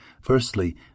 Firstly